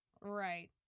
Right